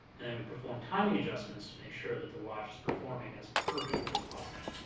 and then we perform timing adjustments to make sure that the watch is performing as perfectly as possible.